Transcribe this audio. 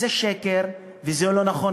זה שקר וזה לא נכון,